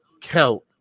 count